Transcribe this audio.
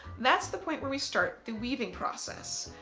that's the point where we start the weaving process.